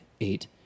eight